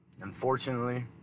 unfortunately